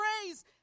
praise